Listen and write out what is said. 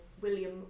William